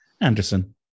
Anderson